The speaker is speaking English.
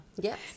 Yes